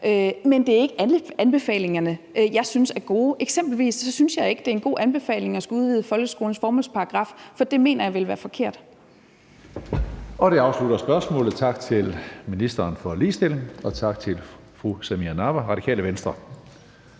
Men det er ikke alle anbefalingerne, jeg synes er gode. Eksempelvis synes jeg ikke, at det er en god anbefaling at skulle udvide folkeskolens formålsparagraf, for det mener jeg vil være forkert. Kl. 15:23 Tredje næstformand (Karsten Hønge): Det afslutter spørgsmålet. Tak til ministeren for ligestilling, og tak til fru Samira Nawa, Radikale Venstre.